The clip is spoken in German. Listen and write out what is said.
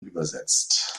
übersetzt